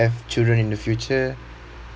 have children in the future